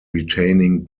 retaining